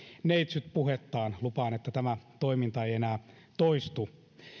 neitsytpuhettaan lupaan että tämä toiminta ei enää toistu